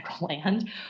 land